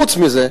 חוץ מזה,